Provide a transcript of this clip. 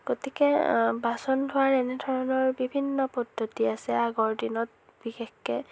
গতিকে বাচন ধোৱাৰ এনেধৰণৰ বিভিন্ন পদ্ধতি আছে আগৰ দিনত বিশেষকৈ